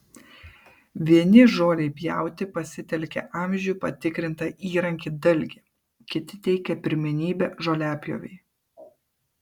vieni žolei pjauti pasitelkia amžių patikrintą įrankį dalgį kiti teikia pirmenybę žoliapjovei